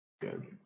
good